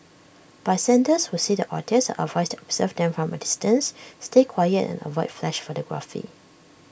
bystanders who see the otters are advised to observe them from A distance stay quiet and avoid flash photography